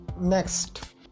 next